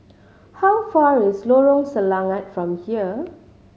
how far is Lorong Selangat from here